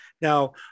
Now